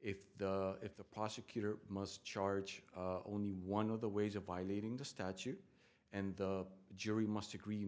if the if the prosecutor must charge of only one of the ways of violating the statute and the jury must agree